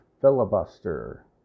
filibuster